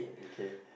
okay